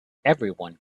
everyone